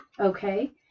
Okay